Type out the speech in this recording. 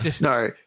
no